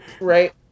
Right